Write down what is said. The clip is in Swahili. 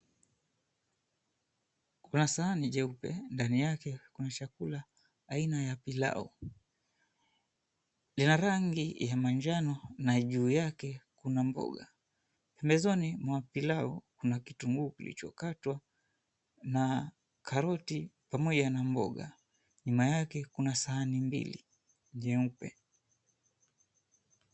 Kuna sahani jeupe. Ndani yake kuna chakula aina ya pilau. Ina rangi ya manjano na juu yake kuna mboga. Pembezoni mwa pilau, kuna kitunguu kilichokatwa na karoti pamoja na mboga. Nyuma yake, kuna sahani mbili nyeupe.